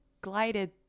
glided